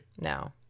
no